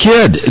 Kid